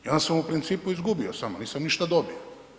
I onda sam u principu izgubio samo, nisam ništa dobio.